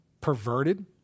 perverted